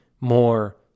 more